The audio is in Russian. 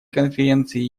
конференции